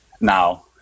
Now